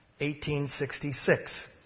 1866